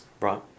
Right